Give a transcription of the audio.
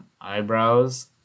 eyebrows